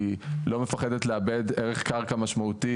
היא לא מפחדת לאבד ערך קרקע משמעותי